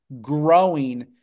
growing